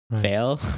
fail